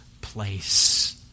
place